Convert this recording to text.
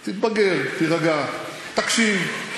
תתבגר, תירגע, תקשיב.